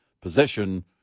position